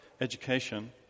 education